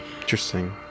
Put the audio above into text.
Interesting